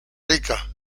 rica